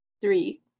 Three